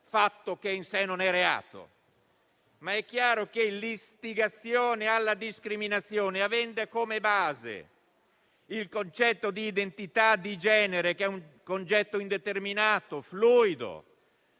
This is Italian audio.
fatto che in sé non lo è. È chiaro che l'istigazione alla discriminazione ha come base il concetto di identità di genere, che è indeterminato e fluido